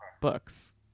books